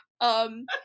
Um-